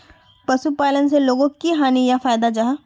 पशुपालन से लोगोक की हानि या फायदा जाहा?